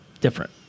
different